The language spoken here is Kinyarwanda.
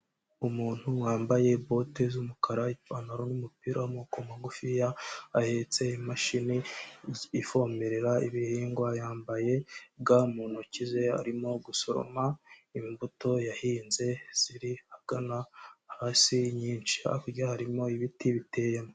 Umuntu wambaye bote z'umukara, ipantaro n'umupira w'amaboko magufiya, ahetse imashini ivomerera ibihingwa, yambaye ga mu ntoki ze, arimo gusomaro imbuto yahinze ziri ahagana hasi nyinshi, hakurya harimo ibiti biteyemo.